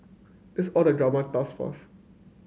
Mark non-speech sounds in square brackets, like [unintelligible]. that's all the drama thus far [unintelligible]